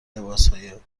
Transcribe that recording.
لباسهای